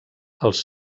els